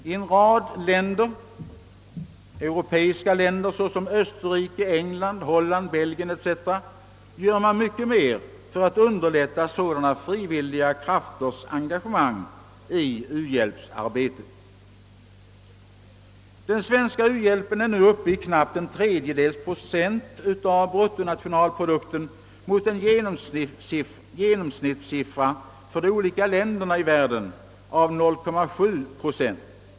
I en rad europeiska länder såsom Österrike, England, Holland, Belgien etc. gör man mycket mera för att underlätta sådana frivilliga krafters engagemang i u-hjälpsarbetet. Den svenska u-hjälpen är nu uppe i knappt en tredjedels procent av bruttonationalprodukten mot en genomsnittssiffra för de olika länderna i världen av 0,7 procent.